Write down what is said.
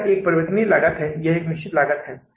इसलिए इस 63000 से कितना समापन नकद शेष है